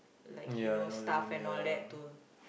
like you know stuff and all that to